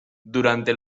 durante